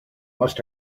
must